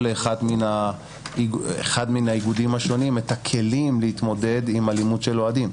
לאחד מהאיגודים השונים את הכלים להתמודד עם אלימות של אוהדים.